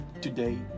today